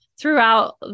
throughout